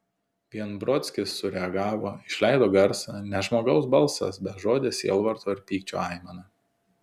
vien brodskis sureagavo išleido garsą ne žmogaus balsas bežodė sielvarto ir pykčio aimana